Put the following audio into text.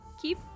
keep